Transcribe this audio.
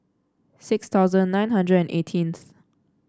six thousand nine hundred eighteenth